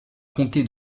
comté